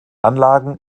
anlagen